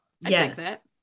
Yes